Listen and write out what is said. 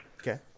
Okay